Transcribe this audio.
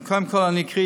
אז קודם כול אקריא,